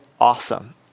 awesome